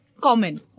common